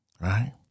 right